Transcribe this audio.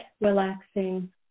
relaxing